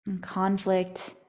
Conflict